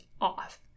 off